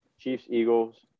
Chiefs-Eagles